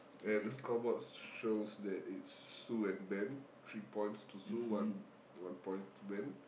and the scoreboard shows that it's Sue and Ben three points to Sue one one point to Ben